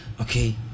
Okay